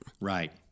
right